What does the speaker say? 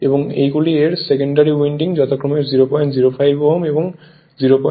এবং এগুলি এর সেকেন্ডারি উইন্ডিং যথাক্রমে 005 Ω এবং 003 Ω